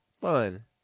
Fun